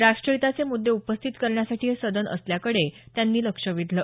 राष्ट्रहीताचे मुद्दे उपस्थित करण्यासाठी हे सदन असल्याकडे त्यांनी लक्ष वेधलं